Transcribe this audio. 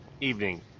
evening